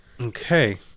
Okay